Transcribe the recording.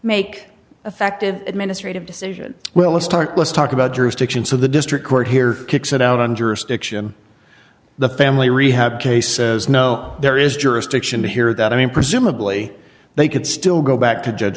make effective administrative decision well let's start let's talk about jurisdiction so the district court here kicks it out on jurisdiction the family rehab case says no there is jurisdiction here that i mean presumably they could still go back to judge